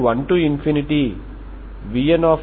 కాబట్టి మీకు ఏమి లభిస్తుంది ut 2uxxuyy0 x y∈R2